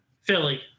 Philly